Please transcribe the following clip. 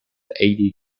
eighty